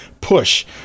push